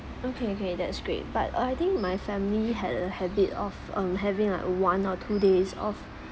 okay okay that's great but uh I think my family had a habit of um having like one or two days off